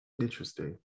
Interesting